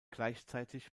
gleichzeitig